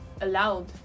allowed